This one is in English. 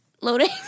loading